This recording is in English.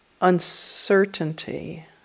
uncertainty